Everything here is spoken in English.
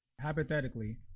Hypothetically